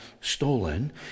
stolen